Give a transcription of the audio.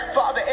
Father